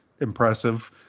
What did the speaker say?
impressive